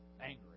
angry